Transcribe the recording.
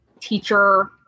teacher